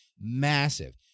massive